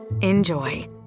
Enjoy